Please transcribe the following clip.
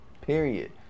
period